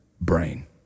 brain